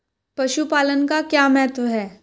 पशुपालन का क्या महत्व है?